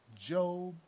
Job